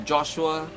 Joshua